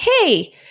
hey